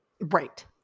Right